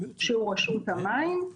רשות המים.